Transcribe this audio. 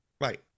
right